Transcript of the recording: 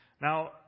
Now